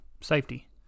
safety